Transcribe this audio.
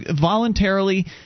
voluntarily